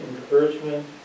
encouragement